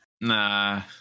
Nah